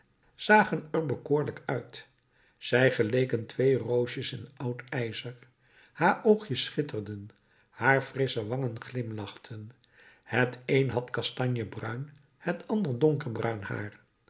zagen er bekoorlijk uit zij geleken twee roosjes in oud ijzer haar oogjes schitterden haar frissche wangen glimlachten het een had kastanjebruin het ander donkerbruin haar